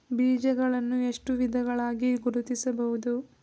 ಬೀಜಗಳನ್ನು ಎಷ್ಟು ವಿಧಗಳಾಗಿ ಗುರುತಿಸಬಹುದು?